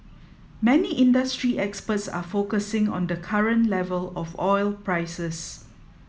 many industry experts are focusing on the current level of oil prices